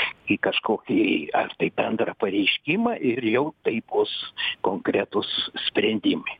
į kažkokį ar tai bendrą pareiškimą ir jau tai bus konkretūs sprendimai